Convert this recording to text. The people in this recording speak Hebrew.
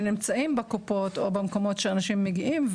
בקופות במקומות שאנשים מגיעים אליהם,